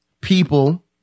people